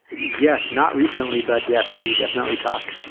yes. not recently, but yes, we definitely talk.